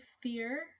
fear